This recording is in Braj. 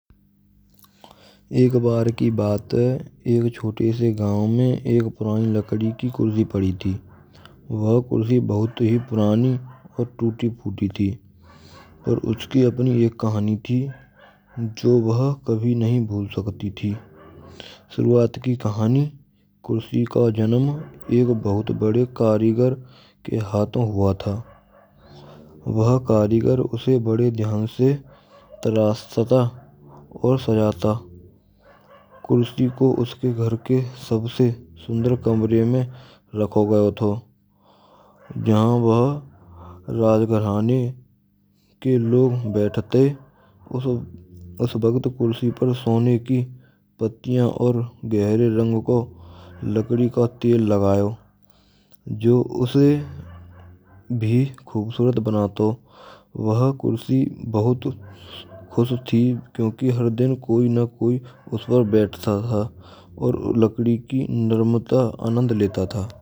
Ek bar ki baat ha ek chhote se gaon mein ek purani lakadi ki kursi padi thi. Waha kursi bahut hi purani aur tuti futi thi aur uski apni ek kahani thi jo vah kabhi nahin bhul sakti thi. Shurat ki khani kursi ka janm ek bahut bade karigar ke hathon hua tha vaha karigar use bade dhyan se tarasta tha. Aur sajata kursi ko uske ghar ke sabse sundar kamre mein rakho gayo tha jha wha rajgharane ke log baithte us waqt kursi per sone ki pattiyan aur gehre rang ko lakadi ka tel lagaya. Jo use aur bhi khubsurat banato vah kursi bahut kyunki har din koi na koi us par baithata tha aur lakadi ki narmata ka anand leta tha.